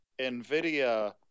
nvidia